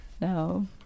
no